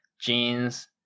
jeans